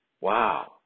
wow